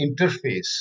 interface